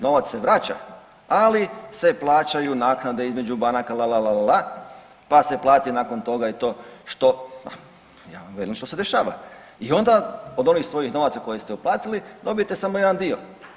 Novac se vraća, ali se plaćaju naknade između banaka la, la, la, la, pa se plati nakon toga i to što, ja vam velim što se dešava i onda od onih svojih novaca koje ste uplatili dobijete samo jedan dio.